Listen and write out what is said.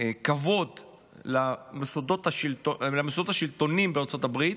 לכבוד למוסדות השלטוניים בארצות הברית,